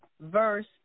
verse